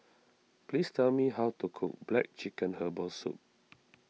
please tell me how to cook Black Chicken Herbal Soup